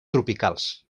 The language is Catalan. tropicals